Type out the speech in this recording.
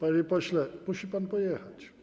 Panie pośle, musi pan pojechać.